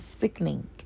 sickening